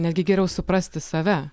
netgi geriau suprasti save